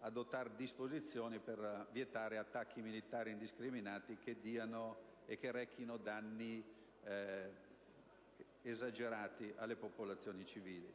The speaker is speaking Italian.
adottare disposizioni per vietare attacchi militari indiscriminati che diano e che rechino danni esagerati alle popolazioni civili.